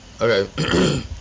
Okay